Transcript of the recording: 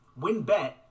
WinBet